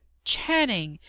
channing!